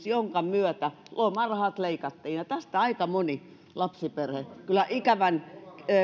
jonka myötä lomarahat leikattiin tästä aika moni lapsiperhe kyllä ikävän